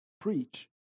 preach